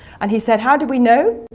and he said, how did we know?